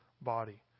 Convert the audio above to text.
body